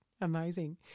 amazing